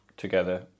together